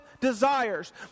desires